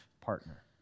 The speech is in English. partner